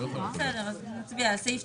לפי סעיפים.